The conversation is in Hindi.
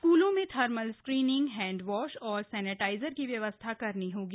स्कूलो में थर्मल स्क्रीनिंग हैंडवॉश और सैनेटाइजर की व्यवस्था करनी होगी